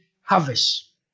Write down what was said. harvest